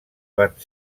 van